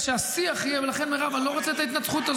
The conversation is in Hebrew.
דעות שונות, תתווכחו, תחלקו.